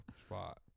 spot